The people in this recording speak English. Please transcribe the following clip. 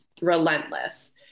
relentless